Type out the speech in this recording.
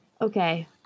Okay